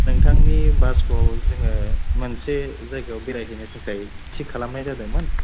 नोंथांनि बासखौ जोङो मोनसे जायगायाव बेरायहैनो थाखाय थि खालामनाय जादोंमोन